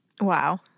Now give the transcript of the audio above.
Wow